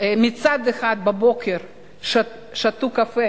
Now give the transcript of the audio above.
מצד אחד בבוקר שתו קפה